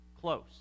close